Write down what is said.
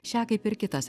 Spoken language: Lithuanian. šią kaip ir kitas